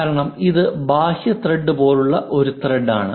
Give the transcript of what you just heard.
കാരണം ഇത് ബാഹ്യ ത്രെഡ് പോലുള്ള ഒരു ത്രെഡ് ആണ്